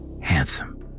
handsome